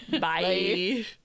Bye